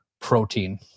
protein